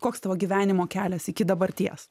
koks tavo gyvenimo kelias iki dabarties